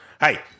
hey